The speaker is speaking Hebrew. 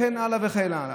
וכן הלאה וכן הלאה.